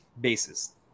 bases